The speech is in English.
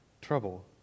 trouble